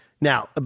Now